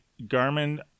garmin